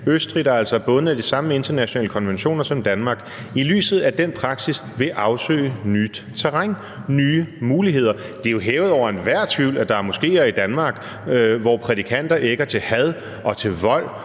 Østrig, der altså er bundet af de samme internationale konventioner som Danmark – vil afsøge nyt terræn, nye muligheder. Det er jo hævet over enhver tvivl, at der er moskéer i Danmark, hvor prædikanter ægger til had og til vold